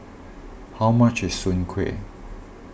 how much is Soon Kuih